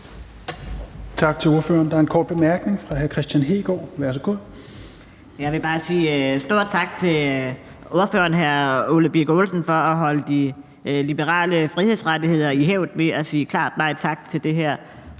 Tak til ordføreren. Der er en kort bemærkning fra hr. Kristian Hegaard. Værsgo. Kl. 14:53 Kristian Hegaard (RV): Jeg vil bare sige stor tak til ordføreren, hr. Ole Birk Olesen, for at holde de liberale frihedsrettigheder i hævd ved at sige klart nej tak til det her